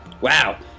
Wow